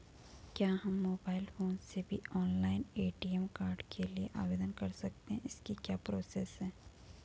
क्या हम mobile phone से भी ऑनलाइन ए.टी.एम कार्ड के लिए आवेदन कर सकते हैं इसकी क्या प्रोसेस है?